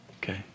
Okay